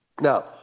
Now